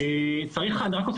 איזה